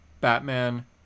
Batman